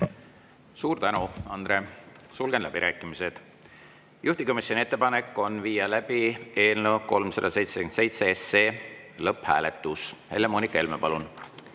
Suur tänu, Andre! Sulgen läbirääkimised. Juhtivkomisjoni ettepanek on viia läbi eelnõu 377 lõpphääletus. Helle-Moonika Helme, palun!